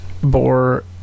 bore